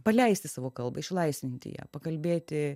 paleisti savo kalbą išlaisvinti ją pakalbėti